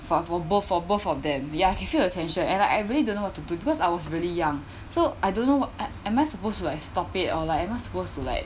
for for both for both of them ya can feel the tension and I I really don't know what to do because I was really young so I don't know what am am I supposed to like stop it or like am I supposed to like